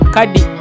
Kadi